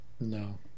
no